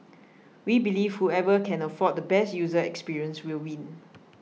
we believe whoever can afford the best user experience will win